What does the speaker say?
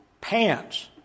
pants